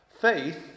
Faith